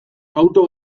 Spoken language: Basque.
auto